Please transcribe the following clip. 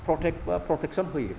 protect बा protection होयो